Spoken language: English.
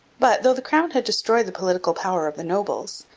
but, though the crown had destroyed the political power of the nobles,